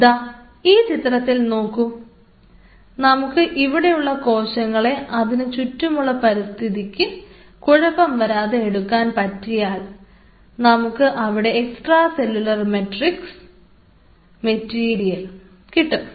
ദാ ഈ ചിത്രത്തിൽ നോക്കൂ നമുക്ക് ഇവിടെയുള്ള കോശങ്ങളെ അതിനുചുറ്റുമുള്ള പരിസ്ഥിതിക്ക് കുഴപ്പം വരാതെ എടുക്കാൻ പറ്റിയാൽ നമുക്ക് അവിടെ എക്സ്ട്രാ സെല്ലുലാർ മെട്രിക്സ് മെറ്റീരിയൽ കിട്ടും